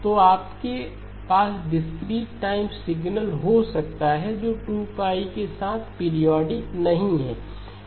तो अब आपके पास डिस्क्रीट टाइम सिग्नल हो सकता है जो 2 के साथ पीरियोडिक नहीं है